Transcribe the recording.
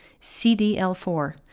CDL4